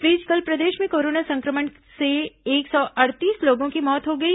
इस बीच कल प्रदेश में कोरोना संक्रमण से एक सौ अड़तीस लोगों की मौत हो गई